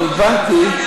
הבנתי,